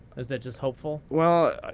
is that just hopeful? well,